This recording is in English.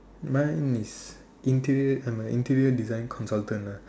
mine is interview I'm a interview design consultant